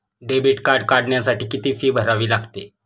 Debit card काढण्यासाठी किती fee भरावी लागते?